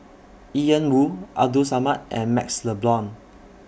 Ian Woo Abdul Samad and MaxLe Blond